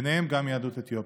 וביניהן גם יהדות אתיופיה.